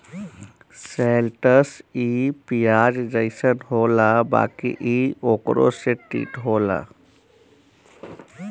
शैलटस इ पियाज जइसन होला बाकि इ ओकरो से तीत होला